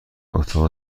اتاق